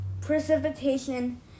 precipitation